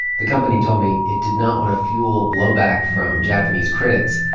the company told me it did not want to fuel blowback from japanese critics,